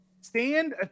stand